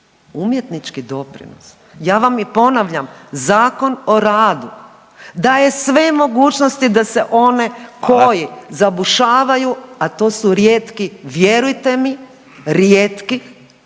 umjetnički doprinos? Ja vam i ponavljam, Zakon o radu daje sve mogućnosti da se one…/Upadica Radin: Hvala/… koji zabušavaju, a to su rijetki vjerujte mi rijetki,